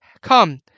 come